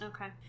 Okay